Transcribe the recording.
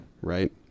right